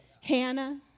Hannah